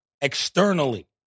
externally